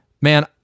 man